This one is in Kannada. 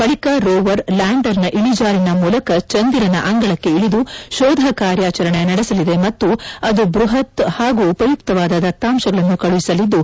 ಬಳಿಕ ರೋವರ್ ಲ್ಲಾಂಡರ್ ನ ಇಳಿಜಾರಿನ ಮೂಲಕ ಚಂದಿರನ ಅಂಗಳಕ್ಕೆ ಇಳಿದು ಶೋಧ ಕಾರ್ಯಾಚರಣ ನಡೆಸಲಿದೆ ಮತ್ತು ಅದು ಬ್ಲಪತ್ ಹಾಗೂ ಉಪಯುಕ್ತವಾದ ದತ್ತಾಂಶಗಳನ್ನು ಕಳುಹಿಸಲಿದ್ದು